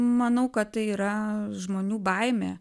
manau kad tai yra žmonių baimė